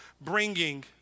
bringing